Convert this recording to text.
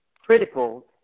critical